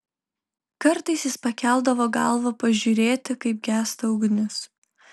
kartais jis pakeldavo galvą pažiūrėti kaip gęsta ugnis